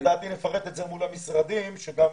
לדעתי נפרט את זה מול המשרדים שגם